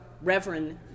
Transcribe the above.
reverend